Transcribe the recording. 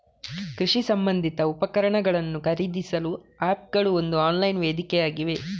ಕೃಷಿ ಸಂಬಂಧಿತ ಉಪಕರಣಗಳನ್ನು ಖರೀದಿಸಲು ಆಪ್ ಗಳು ಒಂದು ಆನ್ಲೈನ್ ವೇದಿಕೆಯಾಗಿವೆ